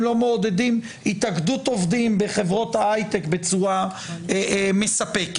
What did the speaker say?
לא מעודדים התאגדות עובדים בחברות ההייטק בצורה מספקת,